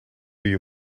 you